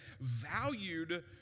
valued